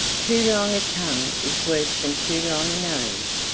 too long a tongue is worse than too long a nose,